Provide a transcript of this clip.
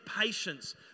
patience